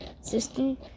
system